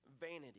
vanity